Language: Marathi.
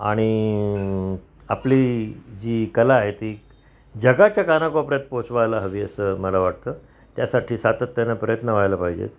आणि आपली जी कला आहे ती जगाच्या कानाकोपर्यंत पोचवायला हवी असं मला वाटतं त्यासाठी सातत्या प्रयत्न वायला पाहिजेत